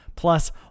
plus